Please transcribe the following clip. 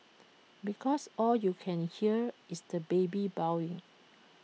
because all you can hear is the baby bawling